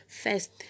first